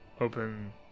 open